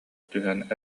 түһэн